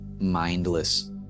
mindless